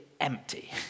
empty